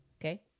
Okay